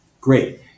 great